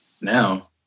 now